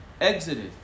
exited